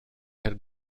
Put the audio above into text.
had